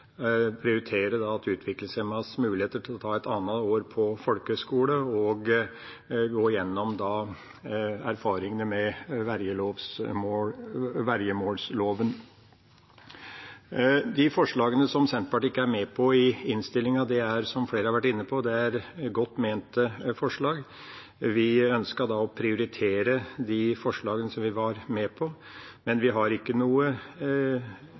prioritere retten til arbeid, helsetjenester, utviklingshemmedes muligheter til å ta et andre år på folkehøgskole, og gjennomgang av erfaringene med vergemålsloven. Forslagene som Senterpartiet ikke er med på i innstillinga, er – som flere har vært inne på – forslag som er godt ment. Vi ønsket å prioritere de forslagene vi var med på, men vi har ikke noe